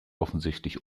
offensichtlich